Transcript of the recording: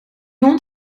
hond